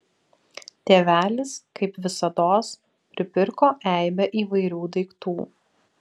tėvelis kaip visados pripirko eibę įvairių daiktų